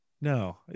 No